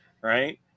Right